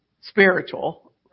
spiritual